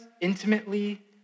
intimately